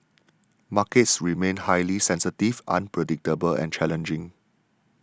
markets remain highly sensitive unpredictable and challenging